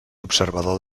observador